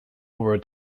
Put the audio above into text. over